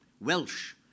Welsh